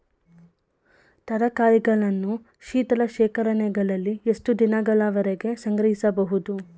ತರಕಾರಿಗಳನ್ನು ಶೀತಲ ಶೇಖರಣೆಗಳಲ್ಲಿ ಎಷ್ಟು ದಿನಗಳವರೆಗೆ ಸಂಗ್ರಹಿಸಬಹುದು?